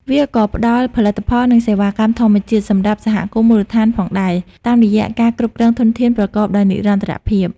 វាក៏ផ្តល់ផលិតផល និងសេវាកម្មធម្មជាតិសម្រាប់សហគមន៍មូលដ្ឋានផងដែរ តាមរយៈការគ្រប់គ្រងធនធានប្រកបដោយនិរន្តរភាព។